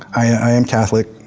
i am catholic,